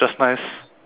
just nice